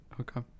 Okay